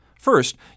First